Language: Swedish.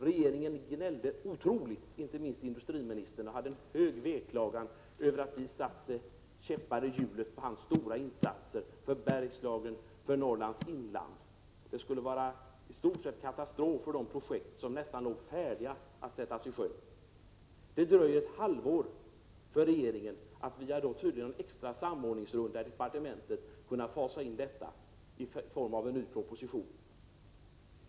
= Regeringen gnällde otroligt — inte minst industriministern, det blev en högljudd veklagan — över att vi satte käppar i hjulet när det gällde hans stora insatser för Bergslagen och Norrlands inland. Det skulle vara i stort sett katastrof för de projekt som nästan låg färdiga att påbörjas. Det dröjde ett halvår innan regeringen, tydligen efter en extra samordningsrunda i departementet, kunde fasa in detta i form av en ny proposition.